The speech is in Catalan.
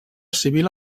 civil